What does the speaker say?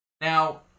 Now